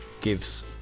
gives